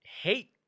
hate